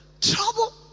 trouble